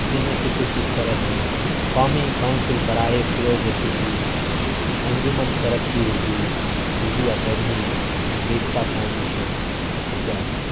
جن میں سے کچھ اس طرح ہیں قومی کاؤنسل برائے فروغ اردو انجمن ترقی اردو اردو اکیڈمی ریختہ فاؤنڈیشن اتیادی